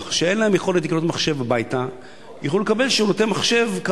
שאין להם יכולת לקנות מחשב יוכלו לקבל שירותי מחשב במקום